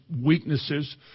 weaknesses